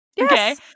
Okay